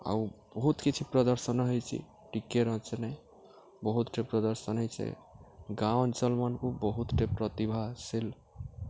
ଆଉ ବହୁତ୍ କିଛି ପ୍ରଦର୍ଶନ ହେଇଛେ ଟିକେ ରଚେ ନେଇ ବହୁତ୍ଟେ ପ୍ରଦର୍ଶନ ହେଇଛେ ଗାଁ ଅଞ୍ଚଲ୍ମାନ୍କୁ ବହୁତ୍ଟେ ପ୍ରତିଭାଶୀଲ୍